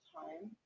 time